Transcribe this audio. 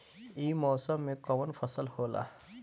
ई मौसम में कवन फसल होला?